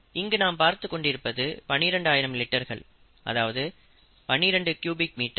இங்கு நாம் பார்த்துக் கொண்டிருப்பது 12 ஆயிரம் லிட்டர்கள் அதாவது 12 க்யூபிக் மீட்டர்